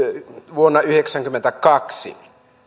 vuonna yhdeksänkymmentäkaksi